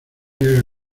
haga